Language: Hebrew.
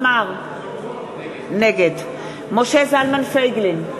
נגד משה זלמן פייגלין,